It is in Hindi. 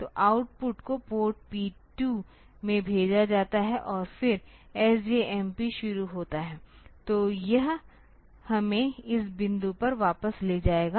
तोआउटपुट को पोर्ट पी 2 में भेजा जाता है और फिर SJMP शुरू होता है तो यह हमें इस बिंदु पर वापस ले जाएगा